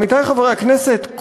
עמיתי חברי הכנסת,